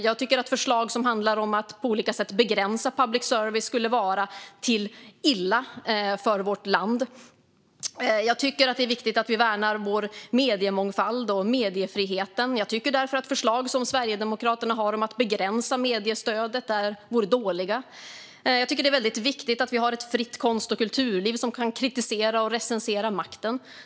Jag tycker att förslag som handlar om att på olika sätt begränsa public service skulle vara illa för vårt land. Jag tycker att det är viktigt att vi värnar vår mediemångfald och mediefrihet. Jag tycker därför att förslag som Sverigedemokraterna har om att begränsa mediestödet vore dåliga. Jag tycker att det är väldigt viktigt att vi har ett fritt konst och kulturliv som kan kritisera och recensera makten.